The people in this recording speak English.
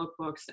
lookbooks